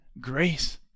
grace